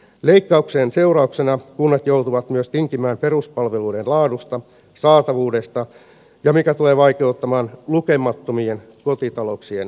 leikkauksien seurauksena kunnat joutuvat myös tinkimään peruspalveluiden laadusta ja saatavuudesta mikä tulee vaikeuttamaan lukemattomien kotitalouksien arkea